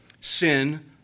Sin